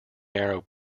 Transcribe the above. narrow